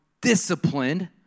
disciplined